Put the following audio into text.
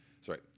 sorry